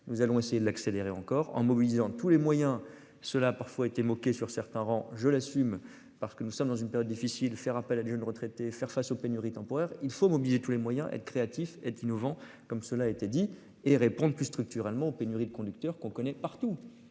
nous allons essayer de l'accélérer encore en mobilisant tous les moyens, cela a parfois été moquée sur certains, je l'assume parce que nous sommes dans une période difficile, faire appel à Lyon une retraitée faire face aux pénuries temporaires. Il faut mobiliser tous les moyens, être créatif est innovant comme cela a été dit et répondent plus structurellement pénurie de conducteurs qu'on connaît partout,